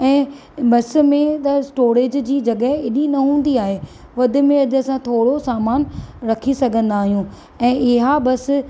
ऐं बस में त स्टोरेज जी जॻहि ऐॾी न हूंदी आहे वध में वधि असां थोरो सामानु रखी सघंदा आहियूं ऐं इहा बस